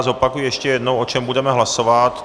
Zopakuji ještě jednou, o čem budeme hlasovat.